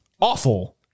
awful